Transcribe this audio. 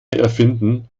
erfinden